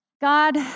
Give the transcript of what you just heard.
God